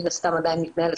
היא מן הסתם עדיין מתנהלת,